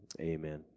Amen